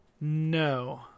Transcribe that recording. No